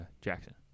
Jackson